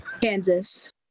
Kansas